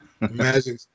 Magic